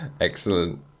Excellent